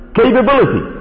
capability